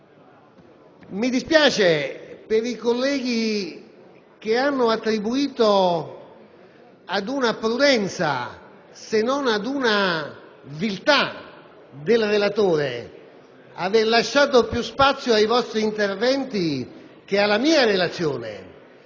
Mi dispiace per i colleghi che hanno attribuito ad una prudenza, se non a una viltà del relatore, l'aver lasciato più spazio alla discussione generale che non alla relazione.